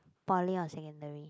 poly or secondary